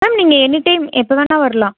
ma'am நீங்கள் any time எப்போ வேணால் வரலாம்